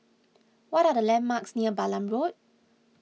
what are the landmarks near Balam Road